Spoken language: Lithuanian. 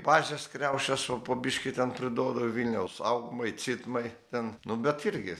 bazės kriaušės va po biškį ten priduoda vilniaus au maitsytmai ten nu bet irgi